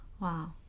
Wow